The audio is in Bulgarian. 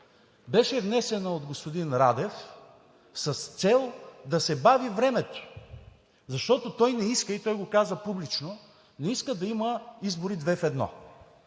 беше внесена от господин Радев с цел да се бави времето, защото той не иска, и го каза публично, да има избори 2 в 1.